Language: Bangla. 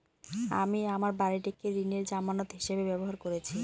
আমি আমার বাড়িটিকে ঋণের জামানত হিসাবে ব্যবহার করেছি